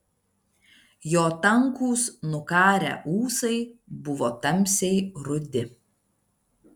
jo tankūs nukarę ūsai buvo tamsiai rudi